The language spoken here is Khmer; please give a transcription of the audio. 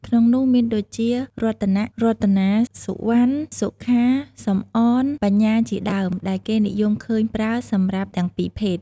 ក្នុងនោះមានដូចជា រតនៈ រតនា សុវណ្ណ សុខា សំអន បញ្ញាជាដើម ដែលគេនិយមឃើញប្រើសម្រាប់ទាំងពីរភេទ។